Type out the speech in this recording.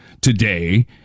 today